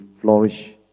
flourish